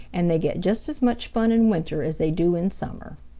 and they get just as much fun in winter as they do in summer.